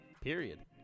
Period